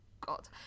God